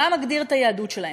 מה מגדיר את היהדות שלהם.